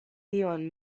tion